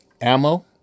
ammo